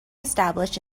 established